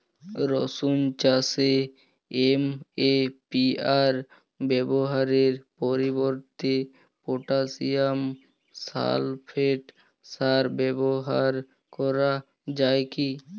রসুন চাষে এম.ও.পি সার ব্যবহারের পরিবর্তে পটাসিয়াম সালফেট সার ব্যাবহার করা যায় কি?